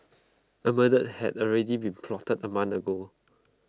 A murder had already been plotted A month ago